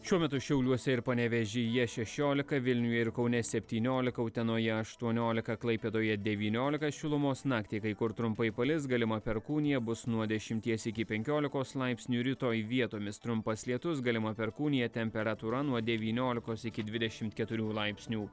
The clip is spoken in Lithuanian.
šiuo metu šiauliuose ir panevėžyje šešiolika vilniuje ir kaune septyniolika utenoje aštuoniolika klaipėdoje devyniolika šilumos naktį kai kur trumpai palis galima perkūnija bus nuo dešimties iki penkiolikos laipsnių rytoj vietomis trumpas lietus galima perkūnija temperatūra nuo devyniolikos iki dvidešimt keturių laipsnių